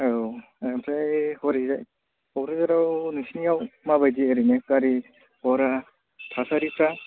औ ओमफ्राय हरैजाय क'क्राझाराव नोंसिनियाव माबायदि ओरैनो गारि घरा थासारिफ्रा